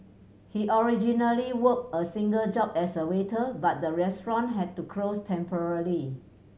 he originally worked a single job as a waiter but the restaurant had to close temporarily